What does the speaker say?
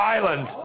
Island